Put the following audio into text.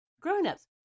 grownups